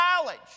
College